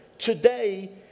Today